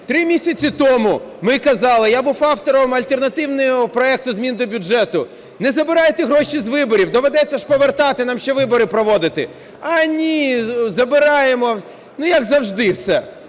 три місяці тому ми казали, я був автором альтернативного проекту змін до бюджету: не забирайте гроші з виборів, доведеться ж повертати, нам ще вибори проводити. А ні, забираємо. Ну як завжди все